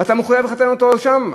ואתה מחויב לחתן אותו שם,